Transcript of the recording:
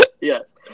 Yes